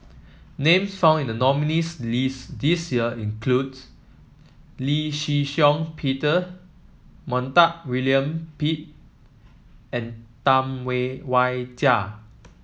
names found in the nominees' list this year includes Lee Shih Shiong Peter Montague William Pett and Tam Wai Jia